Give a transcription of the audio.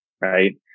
right